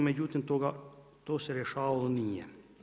Međutim, to se rješavalo nije.